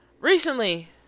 recently